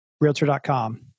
realtor.com